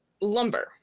lumber